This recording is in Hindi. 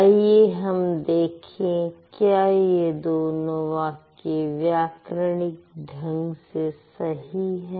आइए हम देखें क्या ये दोनों वाक्य व्याकरणिक ढंग से सही है